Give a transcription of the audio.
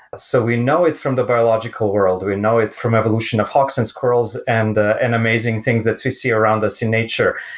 so we know it from the biological world. we know it from evolution of hawks and squirrels and ah and amazing things that we see around us in nature,